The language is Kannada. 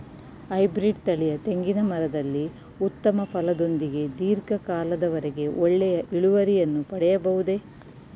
ಹೈಬ್ರೀಡ್ ತಳಿಯ ತೆಂಗಿನ ಮರದಲ್ಲಿ ಉತ್ತಮ ಫಲದೊಂದಿಗೆ ಧೀರ್ಘ ಕಾಲದ ವರೆಗೆ ಒಳ್ಳೆಯ ಇಳುವರಿಯನ್ನು ಪಡೆಯಬಹುದೇ?